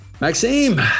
Maxime